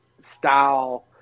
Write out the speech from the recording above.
style